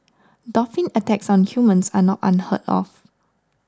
dolphin attacks on humans are not unheard of